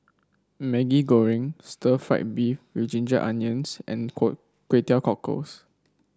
Maggi Goreng Stir Fried Beef with Ginger Onions and Kway Teow Cockles